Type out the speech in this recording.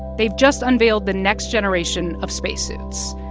they've just unveiled the next generation of spacesuits.